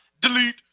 Delete